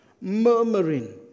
murmuring